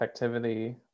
effectivity